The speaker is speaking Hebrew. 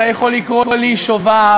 אתה יכול לקרוא לי שובב,